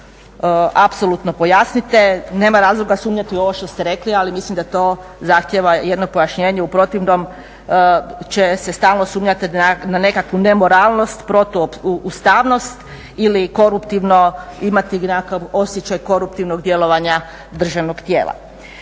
apsolutno pojasnite. Nema razloga sumnjati u ovo što ste rekli, ali mislim da to zahtijeva jedno pojašnjenje. U protivnom će se stalno sumnjati na nekakvu nemoralnost, protuustavnost ili koruptivno imati nekakav osjećaj koruptivnog djelovanja državnog tijela.